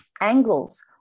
angles